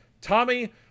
Tommy